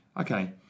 Okay